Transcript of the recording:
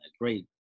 Great